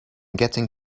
getting